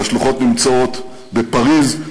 והשלוחות נמצאות בפריז,